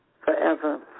forever